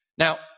Now